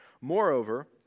Moreover